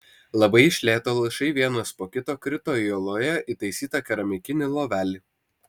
labai iš lėto lašai vienas po kito krito į uoloje įtaisytą keramikinį lovelį